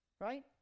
Right